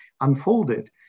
unfolded